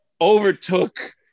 overtook